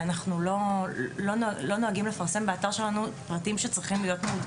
ואנחנו לא נוהגים לפרסם באתר שלנו פרטים שצריכים להיות מעודכנים.